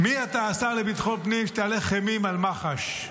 מי אתה, השר לביטחון פנים, שתהלך אימים על מח"ש?